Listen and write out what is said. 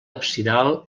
absidal